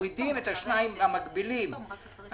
מורידים את השניים המקבילים מהרשימה.